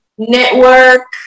Network